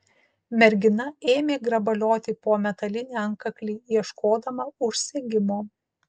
mergina ėmė grabalioti po metalinį antkaklį ieškodama užsegimo